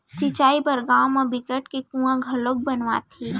सिंचई बर गाँव म बिकट के कुँआ घलोक खनवाथे